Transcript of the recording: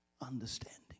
understanding